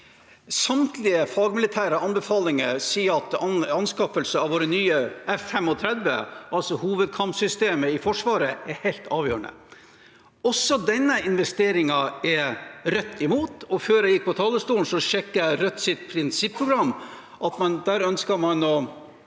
Samtlige fagmilitære anbefalinger sier at anskaffelse av våre nye F-35, altså hovedkampsystemet i Forsvaret, er helt avgjørende. Også denne investeringen er Rødt imot. Før jeg gikk på talerstolen, sjekket jeg i Rødts prinsipprogram, og der ønsker man å